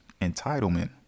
Entitlement